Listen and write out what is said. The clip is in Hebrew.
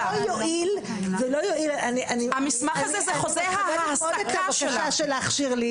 המסמך הזה זה חוזה העסקה שלה.